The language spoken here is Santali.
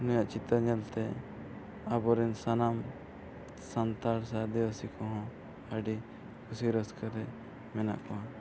ᱱᱩᱭᱟᱜ ᱪᱤᱛᱟᱹᱨ ᱧᱮᱞᱛᱮ ᱟᱵᱚᱨᱮᱱ ᱥᱟᱱᱟᱢ ᱥᱟᱱᱛᱟᱲ ᱥᱮ ᱟᱹᱫᱤᱵᱟᱹᱥᱤ ᱠᱚᱦᱚᱸ ᱟᱹᱰᱤ ᱠᱩᱥᱤ ᱨᱟᱹᱥᱠᱟᱹᱨᱮ ᱢᱮᱱᱟᱜ ᱠᱚᱣᱟ